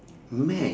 math